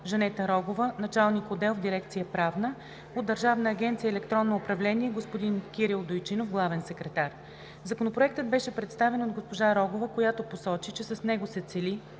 Жанета Рогова – началник отдел в дирекция „Правна“; от Държавна агенция „Електронно управление“ – господин Кирил Дойчинов – главен секретар. Законопроектът беше представен от госпожа Рогова, която посочи, че с него се цели